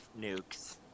nukes